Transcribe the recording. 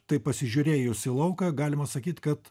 tai pasižiūrėjus į lauką galima sakyt kad